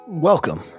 Welcome